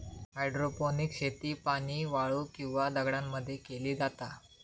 hydroponics शेती पाणी, वाळू किंवा दगडांमध्ये मध्ये केली जाता